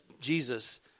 Jesus